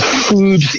food